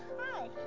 Hi